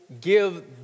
give